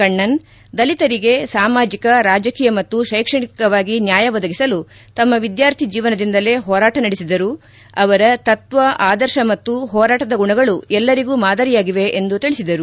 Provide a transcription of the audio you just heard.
ಕಣ್ಣನ್ ದಲಿತರಿಗೆ ಸಾಮಾಜಿಕ ರಾಜಕೀಯ ಮತ್ತು ಶೈಕ್ಷಣಿಕವಾಗಿ ನ್ಯಾಯ ಒದಗಿಸಲು ತಮ್ಮ ವಿದ್ಯಾರ್ಥಿ ಜೀವನದಿಂದಲೇ ಹೋರಾಟ ನಡೆಸಿದರು ಅವರ ತತ್ವ ಆದರ್ಶ ಮತ್ತು ಹೋರಾಟದ ಗುಣಗಳು ಎಲ್ಲರಿಗೂ ಮಾದರಿಯಾಗಿವೆ ಎಂದು ತಿಳಿಸಿದರು